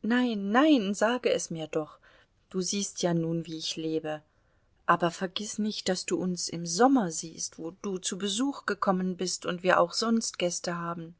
nein nein sage es mir doch du siehst ja nun wie ich lebe aber vergiß nicht daß du uns im sommer siehst wo du zu besuch gekommen bist und wir auch sonst gäste haben